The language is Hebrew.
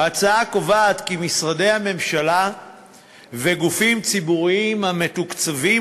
ההצעה קובעת כי משרדי הממשלה וגופים ציבוריים המתוקצבים